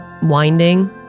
winding